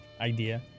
idea